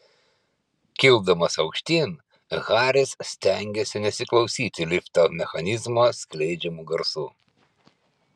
kildamas aukštyn haris stengėsi nesiklausyti lifto mechanizmo skleidžiamų garsų